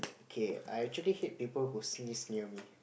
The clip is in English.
okay I actually hate people who sneeze near me